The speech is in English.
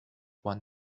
one